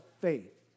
faith